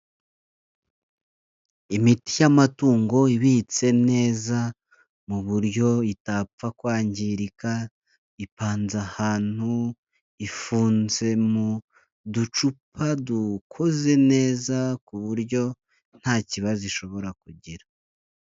Imiti y'amatungo ibitse neza mu buryo itapfa kwangirika, ipanze ahantu, ifunze mu ducupa dukoze neza ku buryo nta kibazo ishobora kugira.